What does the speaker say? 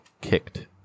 kicked